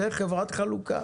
זה חברת חלוקה.